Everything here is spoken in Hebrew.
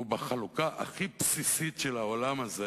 הוא בחלוקה הכי בסיסית של העולם הזה